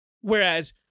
Whereas